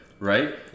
Right